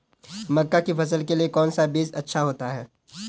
मक्का की फसल के लिए कौन सा बीज अच्छा होता है?